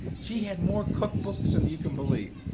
she had more cookbooks than you can believe.